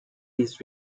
his